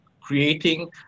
creating